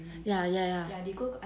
ya ya ya